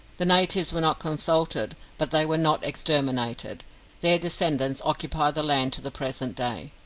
the natives were not consulted but they were not exterminated their descendants occupy the land to the present day.